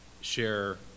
share